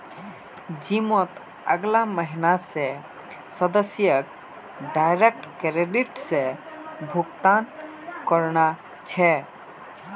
जिमत अगला महीना स सदस्यक डायरेक्ट क्रेडिट स भुक्तान करना छ